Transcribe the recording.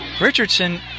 Richardson